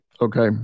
Okay